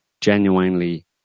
genuinely